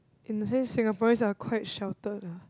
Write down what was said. and they say Singaporeans are quite sheltered ah